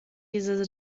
diese